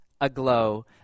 aglow